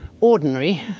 ordinary